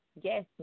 Yes